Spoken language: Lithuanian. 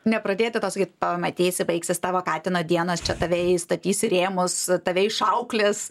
nepradėti to sakyti pamatysi baigsis tavo katino dienos čia tave įstatys į rėmus tave išauklės